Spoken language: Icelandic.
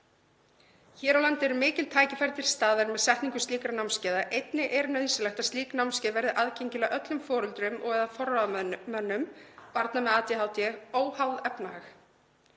Hér á landi eru mikil tækifæri til staðar með setningu slíkra námskeiða. Einnig er nauðsynlegt að slík námskeið verði aðgengileg öllum foreldrum og eða forráðamönnum barna með ADHD óháð efnahag.